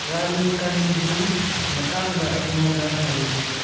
ꯔꯥꯖꯟꯀꯥꯟꯒꯤ ꯃꯇꯥꯡꯗ ꯑꯩꯉꯣꯟꯗ ꯍꯥꯏꯌꯨ